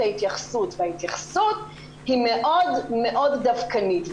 ההתייחסות וההתייחסות היא מאוד דווקנית.